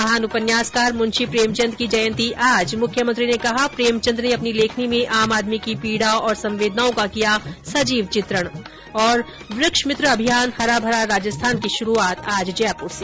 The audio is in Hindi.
महान उपन्यासकार मुंशी प्रेमचंद की जयंती आज मुख्यमंत्री ने कहा प्रेमचंद ने अपनी लेखनी में आम आदमी की पीड़ा और संवेदनाओं का किया सजीव चित्रण वृक्ष मित्र अभियान हरा भरा राजस्थान की शुरूआत आज जयपुर से